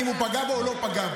אני אף פעם לא משתמש בשפה לא טובה,